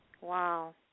Wow